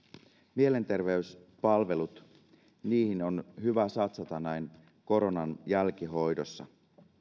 mielenterveyspalvelut niihin on hyvä satsata näin koronan jälkihoidossa